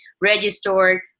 registered